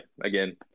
again